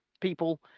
people